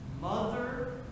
Mother